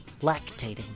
lactating